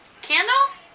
Candle